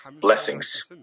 blessings